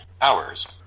hours